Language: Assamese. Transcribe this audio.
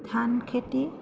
ধান খেতি